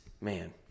man